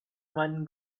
one